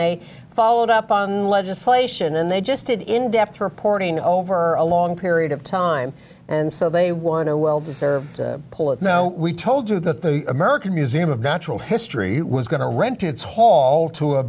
they followed up on legislation and they just did in depth reporting over a long period of time and so they wanted a well deserved pull it so we told you that the american museum of natural history was going to rent its hall to a